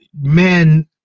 men